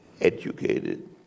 educated